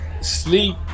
sleep